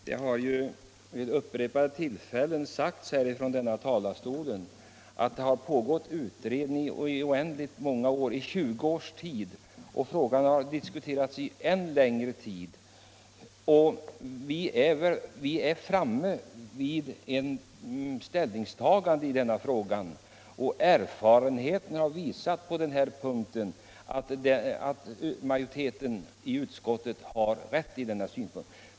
Herr talman! Det har vid upprepade tillfällen påpekats från denna talarstol att forumfrågan har utretts i 20 års tid och diskuterats ännu längre. Vi måste därför nu ta ställning till frågan och erfarenheterna har visat att utskottsmajoritetens synpunkt är den riktiga.